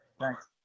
Thanks